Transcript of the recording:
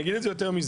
אני אגיד יותר מזה,